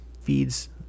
feeds